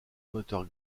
moteur